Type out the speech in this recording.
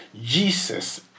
Jesus